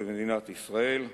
במדינת ישראל.